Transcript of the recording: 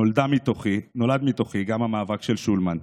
נולד מתוכי גם המאבק של שולמן.